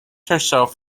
herself